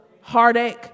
heartache